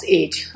age।